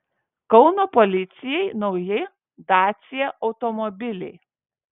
kauno policijai nauji dacia automobiliai